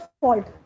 fault